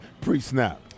pre-snap